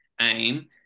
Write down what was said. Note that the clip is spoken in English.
aim